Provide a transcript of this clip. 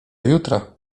jutra